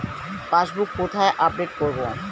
Passbook কোথায় update করব?